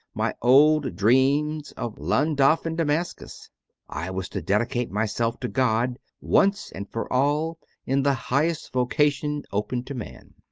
my old dreams of llandaff and damascus i was to dedicate myself to god once and for all in the highest vocation open to man.